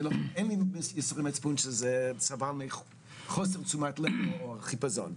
אין לי ייסורי מצפון שזה סבל מחוסר תשומת לב או חיפזון.